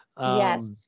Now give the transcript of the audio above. Yes